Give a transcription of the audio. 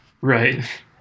Right